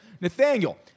Nathaniel